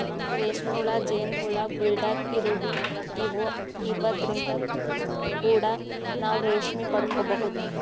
ರೇಶ್ಮಿ ಹುಳ, ಜೇನ್ ಹುಳ, ಬುಲ್ಡಾಗ್ ಇರುವಿ ಇವದ್ರಿನ್ದ್ ಕೂಡ ನಾವ್ ರೇಶ್ಮಿ ಪಡ್ಕೊಬಹುದ್